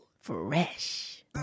Fresh